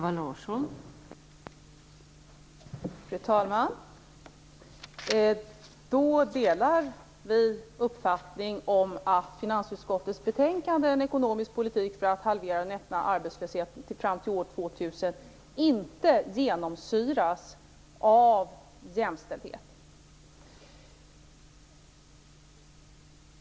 Fru talman! Då delar vi uppfattningen att finansutskottets betänkande, En ekonomisk politik för att halvera den öppna arbetslösheten fram till år 2000, inte genomsyras av jämställdhet.